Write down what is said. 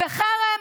בחרם,